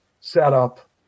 setup